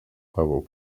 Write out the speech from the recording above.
level